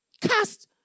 Cast